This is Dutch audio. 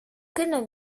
kunnen